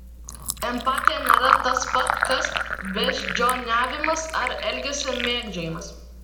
empatija nėra tas pat kas beždžioniavimas ar elgesio mėgdžiojimas